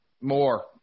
more